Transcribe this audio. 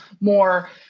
more